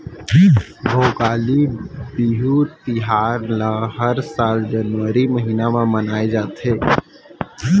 भोगाली बिहू तिहार ल हर साल जनवरी महिना म मनाए जाथे